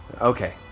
Okay